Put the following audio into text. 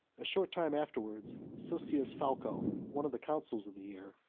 a short time afterwards, sosius falco, one of the consuls of the year,